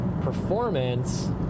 performance